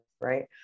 right